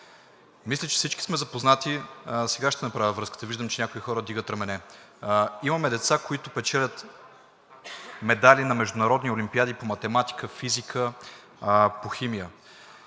Мисля, че всички сме запознати. Сега ще направя връзката – виждам, че някои хора (към групата на ГЕРБ-СДС) вдигат рамене. Имаме деца, които печелят медали на международни олимпиади по математика, физика, химия.